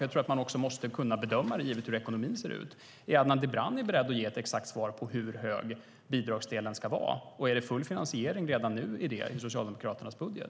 Jag tror att man måste kunna bedöma det givet hur ekonomin ser ut. Är Adnan Dibrani beredd att ge ett exakt svar på hur hög bidragsdelen ska vara? Är det full finansiering i det redan nu i Socialdemokraternas budget?